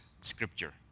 scripture